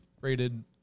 rated